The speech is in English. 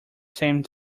same